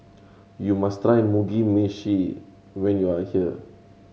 you must try Mugi Meshi when you are here